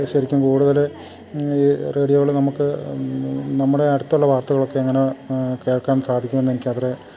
ശരിക്കും കൂടുതല് ഈ റേഡിയോകള് നമുക്ക് നമ്മുടെ അടുത്തുള്ള വാർത്തകളൊക്കെ എങ്ങനെ കേൾക്കാൻ സാധിക്കുമെന്ന് എനിക്കത്രേ